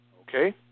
Okay